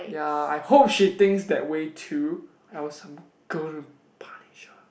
ya I hope she thinks that way too else I'm gonna punish her